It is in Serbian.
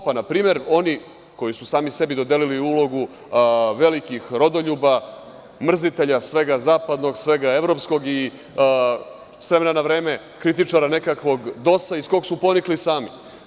Pa, na primer, oni koji su sami sebi dodelili ulogu velikih rodoljuba, mrzitelja svega zapadnog, svega evropskog i s vremena na vreme, kritičara nekakvog DOS-a iz kog su ponikli sami.